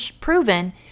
proven